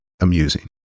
amusing